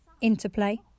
Interplay